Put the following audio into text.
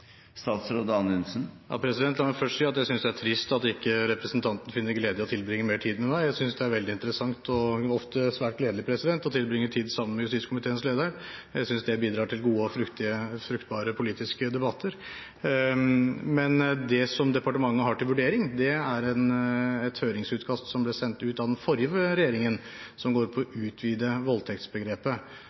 La meg først si at jeg synes det er trist at ikke representanten finner glede i å tilbringe mer tid med meg. Jeg synes det er veldig interessant og ofte svært gledelig å tilbringe tid sammen med justiskomiteens leder. Jeg synes det bidrar til gode og fruktbare politiske debatter. Det som departementet har til vurdering, er et høringsutkast som ble sendt ut av den forrige regjeringen, som handler om å utvide voldtektsbegrepet.